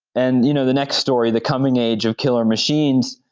and you know the next story, the coming age of killer machines,